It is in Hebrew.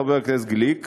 חבר הכנסת גליק,